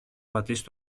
πατήσει